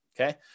okay